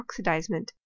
oxidizement